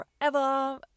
forever